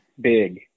big